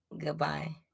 goodbye